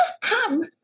come